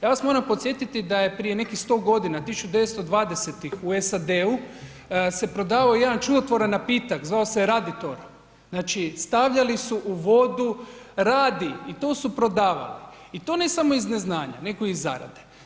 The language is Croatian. Ja vas moram podsjetiti da je prije nekih 100 godina 1920. u SAD-u se prodavao jedan čudotvoran napitak zvao se je Raditor, znači stavljali su u vodu radij i to su prodavali i to ne samo iz neznanja, nego iz zarade.